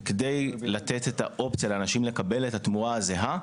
וכדי לתת את האופציה לאנשים לקבל את התמורה הזהה,